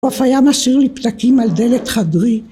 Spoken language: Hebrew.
הוא אף היה משאיר לי פתקים על דלת חדרי.